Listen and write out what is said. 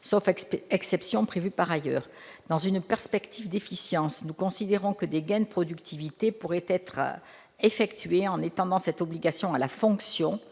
sauf exception prévue par ailleurs. Dans une perspective d'efficience, nous considérons que des gains de productivité pourraient être effectués en étendant cette obligation à la fonction,